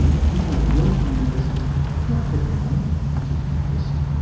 people work in universities not for the money, which is modest,